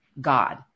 God